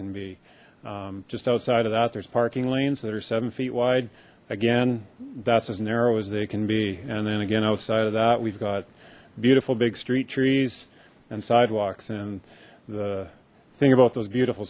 can be just outside of that there's parking lanes that are seven feet wide again that's as narrow as they can be and then again outside of that we've got beautiful big street trees and sidewalks and the thing about those beautiful